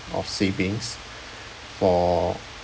of savings for